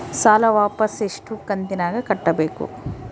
ಸಾಲ ವಾಪಸ್ ಎಷ್ಟು ಕಂತಿನ್ಯಾಗ ಕಟ್ಟಬೇಕು?